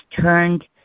turned